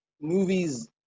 movies